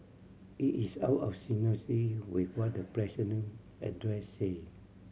it is out of with what the president address said